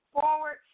forward